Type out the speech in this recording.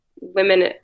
women